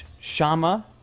Shama